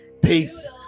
Peace